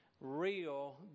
real